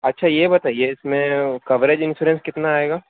اچھا یہ بتائیے اس میں کوریج انسورنس کتنا آئے گا